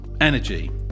energy